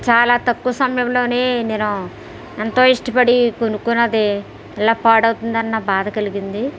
చాలా తక్కువ సమయంలోనే నేను ఎంతో ఇష్టపడి కొనుక్కున్నది ఇలా పాడవుతుంది అన్న బాధ కలిగింది